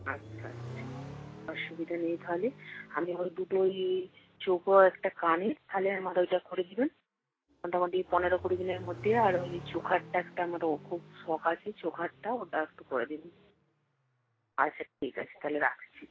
আচ্ছা আচ্ছা অসুবিধা নেই তাহলে আমি এখন দুটো ওই চৌকো একটা কানের তাহলে আমার ওইটা করে দেবেন মোটামুটি পনেরো কুড়িদিনের মধ্যে আর ওই চোকারটা একটা আমারও খুব শখ আছে চোকারটা ওটা একটু করে দেবেন আচ্ছা ঠিক আছে তাহলে রাখছি